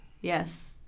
Yes